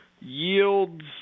Yields